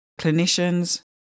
clinicians